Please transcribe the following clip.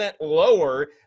lower